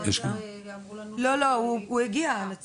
הוא הגיע, הנציג.